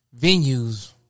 venues